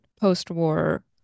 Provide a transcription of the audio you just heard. post-war